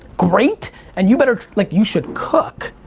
great and you better. like you should cook,